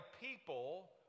people